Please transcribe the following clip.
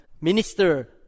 minister